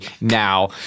now